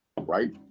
Right